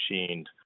machined